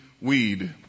weed